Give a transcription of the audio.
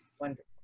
Wonderful